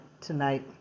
tonight